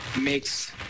makes